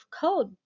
code